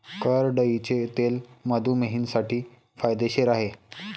करडईचे तेल मधुमेहींसाठी फायदेशीर आहे